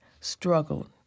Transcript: struggled